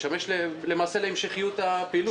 ומשמש למעשה להמשכיות הפעילות.